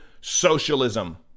socialism